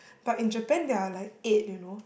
but in Japan there're like eight you know